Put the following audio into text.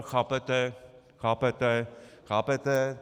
Chápete chápete chápete ...